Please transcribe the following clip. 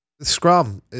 Scrum